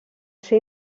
ser